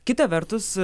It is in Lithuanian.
kita vertus